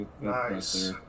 Nice